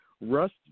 Rust